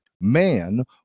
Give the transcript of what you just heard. Man